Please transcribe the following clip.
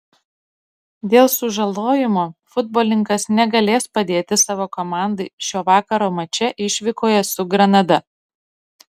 dėl sužalojimo futbolininkas negalės padėti savo komandai šio vakaro mače išvykoje su granada